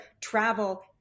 travel